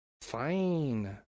Fine